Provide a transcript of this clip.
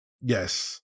Yes